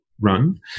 run